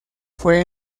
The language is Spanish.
fue